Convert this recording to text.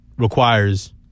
requires